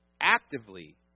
actively